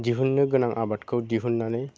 दिहुननो गोनां आबादखौ दिहुननानै